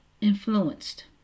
influenced